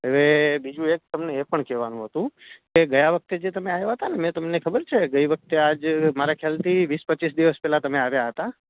હવે બીજું એક તમને એ પણ કહેવાનું હતું જે ગયા વખતે જે તમે આવ્યાં હતાં ને મેં તમને ખબર છે ગઈ વખતે મારા ખ્યાલથી વીસ પચીસ દિવસ પહેલાં તમે આવ્યાં હતાં